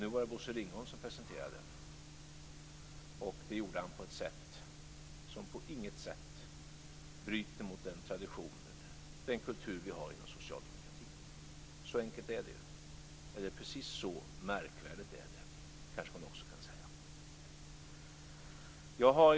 Nu var det Bosse Ringholm som presenterade den, och det gjorde han på ett sådant sätt att det inte bryter mot den tradition eller den kultur vi har inom socialdemokratin. Så enkelt är det - eller precis så märkvärdigt är det, kanske man också kan säga.